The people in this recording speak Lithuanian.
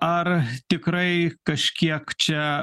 ar tikrai kažkiek čia